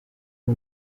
uri